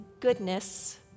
Goodness